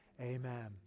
amen